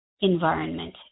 environment